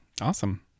Awesome